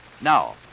Now